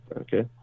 okay